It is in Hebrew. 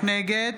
נגד